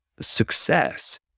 success